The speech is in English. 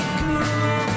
cool